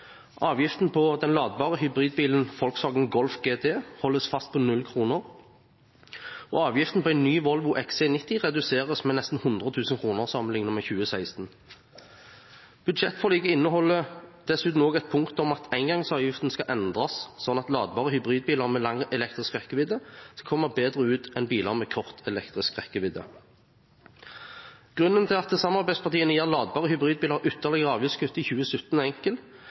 avgiften på den ladbare hybridbilen Volkswagen Golf GTE holdes fast på 0 kr, og at avgiften på en ny Volvo XC90 reduseres med nesten 100 000 kr, sammenlignet med 2016. Budsjettforliket inneholder dessuten et punkt om at engangsavgiften skal endres, slik at ladbare hybridbiler med lang elektrisk rekkevidde kommer bedre ut enn biler med kort elektrisk rekkevidde. Grunnen til at samarbeidspartiene gir ladbare hybridbiler ytterligere avgiftskutt i 2017, er enkel: